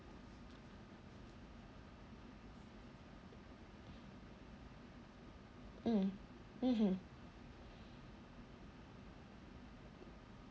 mm mmhmm